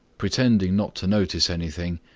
pretending not to notice anything,